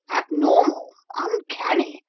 abnormal, uncanny!